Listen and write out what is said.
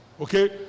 Okay